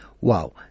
Wow